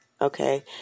okay